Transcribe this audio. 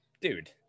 dude